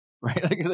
right